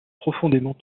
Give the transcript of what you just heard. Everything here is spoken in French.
profondément